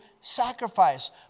sacrifice